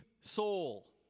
soul